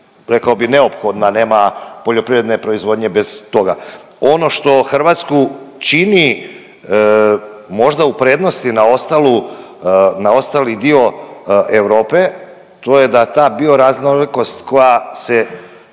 rekla bih, neophodna, nema poljoprivredne proizvodnje bez toga. Ono što Hrvatsku čini možda u prednosti na ostalu, na ostali dio Europe, to je da ta bioraznolikost koja se